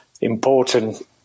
important